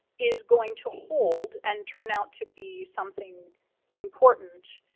is going to hold, and turn out to be something important,